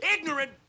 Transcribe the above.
ignorant